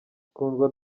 kundwa